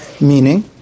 Meaning